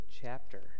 chapter